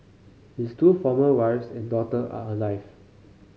his two former wives and daughter are alive